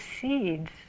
seeds